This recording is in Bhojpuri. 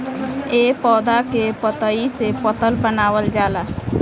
ए पौधा के पतइ से पतल बनावल जाला